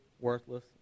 worthless